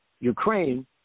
Ukraine